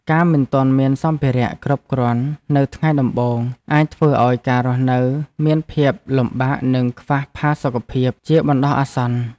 ការមិនទាន់មានសម្ភារៈគ្រប់គ្រាន់នៅថ្ងៃដំបូងអាចធ្វើឱ្យការរស់នៅមានភាពលំបាកនិងខ្វះផាសុកភាពជាបណ្ដោះអាសន្ន។